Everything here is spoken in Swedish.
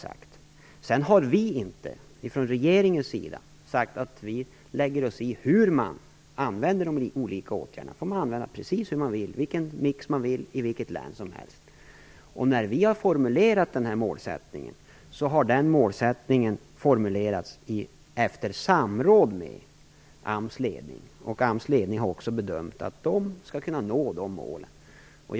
Sedan har regeringen inte sagt att den skall lägga sig i hur man använder dessa olika åtgärder. Man för göra hur man vill och välja vilka län man vill. När regeringen har formulerat denna målsättning har det skett i samråd med AMS ledning. AMS ledning har också bedömt att dessa mål kan uppnås.